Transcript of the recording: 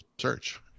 search